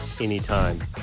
anytime